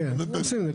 כן, עושים את זה.